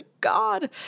God